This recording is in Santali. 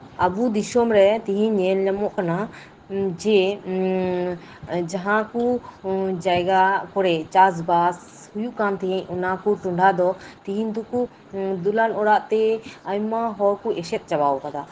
ᱟᱵᱚ ᱫᱤᱥᱚᱢᱨᱮ ᱛᱮᱦᱤᱧ ᱧᱮᱞ ᱧᱟᱢᱚᱜ ᱠᱟᱱᱟ ᱡᱮ ᱡᱟᱦᱟᱸ ᱠᱚ ᱡᱟᱭᱜᱟ ᱠᱚᱨᱮᱫ ᱪᱟᱥᱵᱟᱥ ᱦᱩᱭᱩᱜ ᱠᱟᱱ ᱛᱟᱦᱮᱫ ᱚᱱᱟ ᱠᱚ ᱡᱟᱭᱜᱟ ᱫᱚ ᱛᱮᱦᱮᱧ ᱫᱚᱠᱚ ᱫᱚᱞᱟᱱ ᱚᱲᱟᱜᱛᱮ ᱟᱭᱢᱟ ᱦᱚᱲᱠᱚ ᱮᱥᱮᱫ ᱪᱟᱵᱟᱣ ᱟᱠᱟᱫᱟ